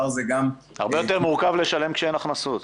הרבה יותר מורכב לשלם כשאין הכנסות.